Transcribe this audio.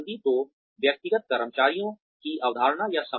तो व्यक्तिगत कर्मचारियों की अवधारण या समाप्ति